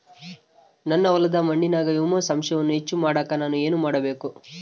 ನನ್ನ ಹೊಲದ ಮಣ್ಣಿನಾಗ ಹ್ಯೂಮಸ್ ಅಂಶವನ್ನ ಹೆಚ್ಚು ಮಾಡಾಕ ನಾನು ಏನು ಮಾಡಬೇಕು?